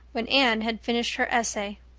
when anne had finished her essay.